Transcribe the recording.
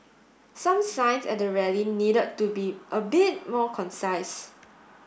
some signs at the rally need to be a bit more concise